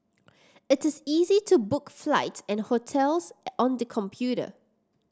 it is easy to book flight and hotels on the computer